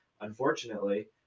Unfortunately